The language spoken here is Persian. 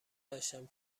داشتم